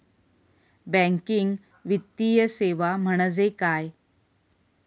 Banking वित्तीय सेवा म्हणजे काय?